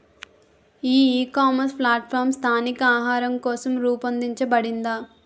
ఈ ecommerce platform స్థానిక ఆహారం కోసం రూపొందించబడిందా?